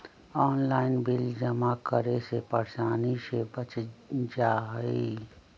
Online bill जमा करे से परेशानी से बच जाहई?